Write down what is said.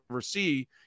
see